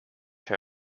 her